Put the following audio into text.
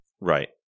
Right